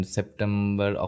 September